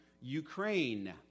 Ukraine